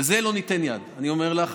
לזה לא ניתן יד, אני אומר לך.